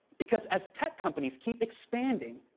because as tech companies keep expanding,